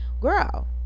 girl